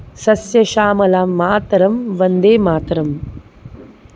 सस्यशामलां मातरं वन्दे मातरम्